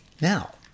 Now